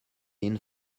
ihn